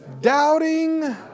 doubting